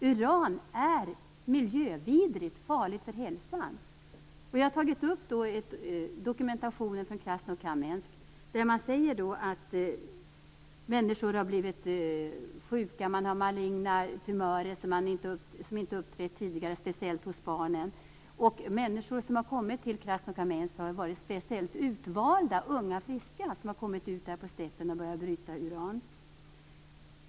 Uran är miljövidrigt och farligt för hälsan. Jag har tagit upp dokumentationen från Krasnokamensk. Man säger att människor har blivit sjuka. De har maligna tumörer som inte uppträtt tidigare. Det finns speciellt hos barnen. Människor som har kommit till Krasnokamensk har varit speciellt utvalda och unga och friska. De har kommit ut på steppen och börjat bryta uran.